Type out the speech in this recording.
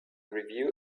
review